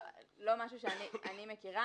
לא משהו שאני מכירה.